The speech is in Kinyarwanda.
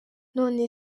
none